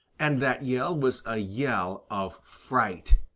and that yell was a yell of fright.